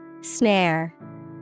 Snare